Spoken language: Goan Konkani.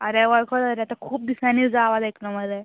आरे हांव वळखूंक ना रे आतां खूब दिसांनी तुजो आवाज आयक्लो मरे